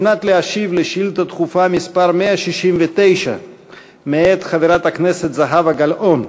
כדי להשיב על שאילתה דחופה מס' 169 מאת חברת הכנסת זהבה גלאון.